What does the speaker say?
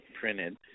printed